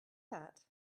that